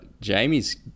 Jamie's